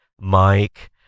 Mike